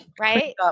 Right